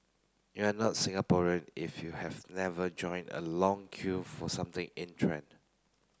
you are not Singaporean if you have never joined a long queue for something in trend